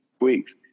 weeks